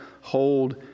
hold